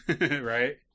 Right